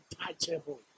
untouchable